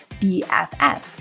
BFF